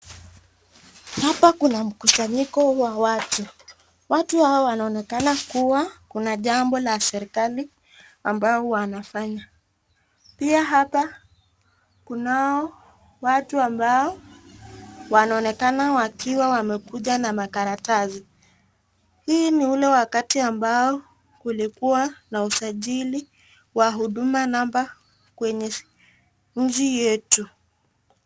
Hapa kuna mkusanyiko wa watu. Watu hao wanaonekana kuwa kuna jambo la serikali ambao wanafanya. Pia hapa kunao watu ambao wanaonekana wakiwa wamekuja na makaratasi. Hii ni ule wakati ambao kulikuwa na usajili wa huduma namba kwenye nchi yetu.